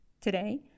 Today